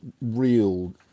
real